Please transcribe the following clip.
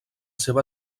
seva